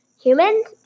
Humans